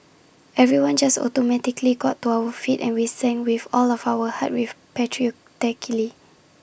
everyone just automatically got to our feet and we sang with all of our hearts very patriotically